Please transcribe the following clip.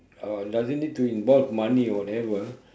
uh doesn't need to involve money whatever